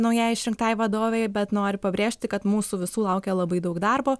naujai išrinktai vadovei bet noriu pabrėžti kad mūsų visų laukia labai daug darbo